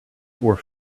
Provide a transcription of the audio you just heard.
were